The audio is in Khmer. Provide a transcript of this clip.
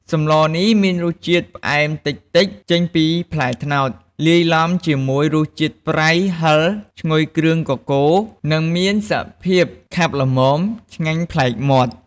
សម្លនេះមានរសជាតិផ្អែមតិចៗ ចេញពីផ្លែត្នោត លាយឡំជាមួយរសជាតិប្រៃ ហឺរ ឈ្ងុយគ្រឿងកកូរ និងមានសភាពខាប់ល្មម ឆ្ងាញ់ប្លែកមាត់។